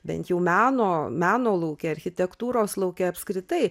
bent jau meno meno lauke architektūros lauke apskritai